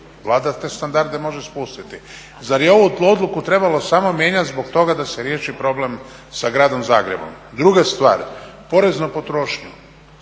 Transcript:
Vlada te standarde može spustiti. Zar je ovu odluku trebalo mijenjati samo zbog toga da se riješi problem sa gradom Zagrebom? Druga stvar, porez na potrošnju,